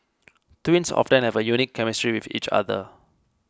twins often have a unique chemistry with each other